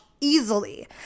easily